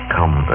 Come